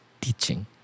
teaching